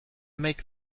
make